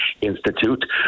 Institute